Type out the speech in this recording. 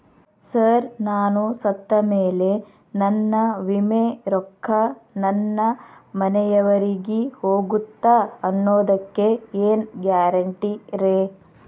Sir ನಾನು ಸತ್ತಮೇಲೆ ನನ್ನ ವಿಮೆ ರೊಕ್ಕಾ ನನ್ನ ಮನೆಯವರಿಗಿ ಹೋಗುತ್ತಾ ಅನ್ನೊದಕ್ಕೆ ಏನ್ ಗ್ಯಾರಂಟಿ ರೇ?